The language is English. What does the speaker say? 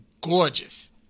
gorgeous